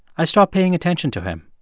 i stop paying attention to him.